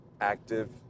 active